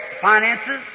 finances